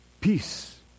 peace